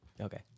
Okay